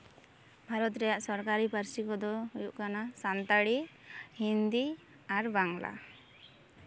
ᱵᱷᱟᱨᱚᱛ ᱨᱮᱭᱟᱜ ᱥᱚᱨᱠᱟᱨᱤ ᱯᱟᱹᱨᱥᱤ ᱠᱚᱫᱚ ᱦᱩᱭᱩᱜ ᱠᱟᱱᱟ ᱥᱟᱱᱛᱟᱲᱤ ᱦᱤᱱᱫᱤ ᱟᱨ ᱵᱟᱝᱞᱟ